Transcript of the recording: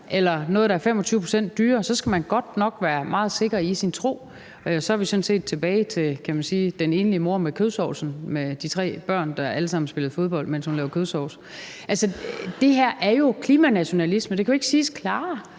eller et stykke, der er 25 pct. dyrere, skal man godt nok være meget sikker i sin tro. Så er vi sådan set tilbage, kan man sige, til den enlige mor med kødsovsen og de tre børn, der alle sammen spillede fodbold, mens hun lavede kødsovs. Det her er klimanationalisme, og det kan jo ikke siges klarere